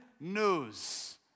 news